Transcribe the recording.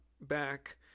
back